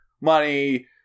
money